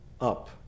up